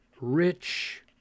rich